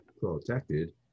Protected